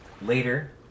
Later